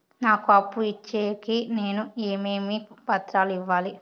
నాకు అప్పు ఇచ్చేకి నేను ఏమేమి పత్రాలు ఇవ్వాలి